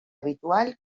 habitual